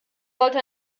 sollte